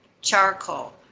charcoal